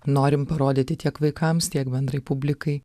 norim parodyti tiek vaikams tiek bendrai publikai